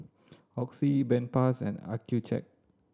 Oxy Bedpans and Accucheck